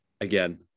again